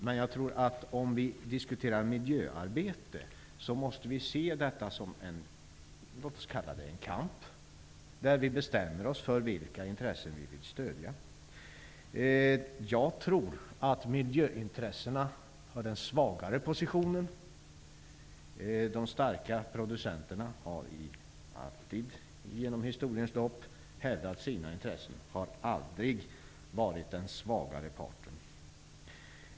Men jag tror att om vi diskuterar miljöarbete, måste vi se detta som en kamp -- låt oss kalla det så -- där vi bestämmer oss för vilka intressen vi vill stödja. Jag tror att miljöintressena har den svagare positionen. De starka producenterna har alltid genom historiens lopp hävdat sina intressen. De har aldrig varit den svagare parten.